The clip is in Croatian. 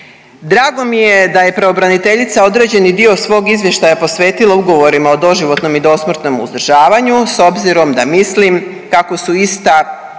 Drago mi je da je pravobraniteljica određeni dio svog izvještaja posvetila ugovorima o doživotnom i dosmrtnom uzdržavanju s obzirom da mislim kako su ista